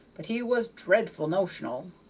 but he was dreadful notional.